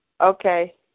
Okay